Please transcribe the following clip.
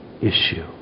issue